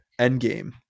Endgame